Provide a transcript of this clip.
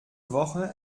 woche